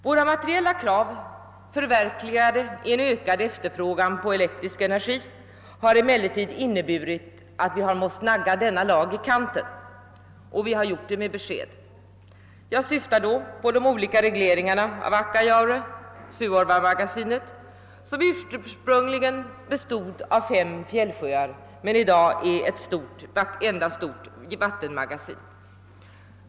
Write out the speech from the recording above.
Våra materiella krav, förverkligade i en ökad efterfrågan på elenergi, har emellertid inneburit att vi har måst nagga denna lag i kanten. Och vi har gjort det med besked. Jag syftar då på de olika regleringarna av Akkajaure, Suorvamagasinet, som ursprungligen bestod av fem fjällsjöar men som i dag är ett enda stort vattenmagasin.